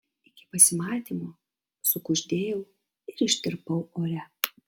iki pasimatymo sukuždėjau ir ištirpau ore